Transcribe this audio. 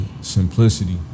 simplicity